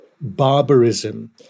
barbarism